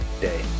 day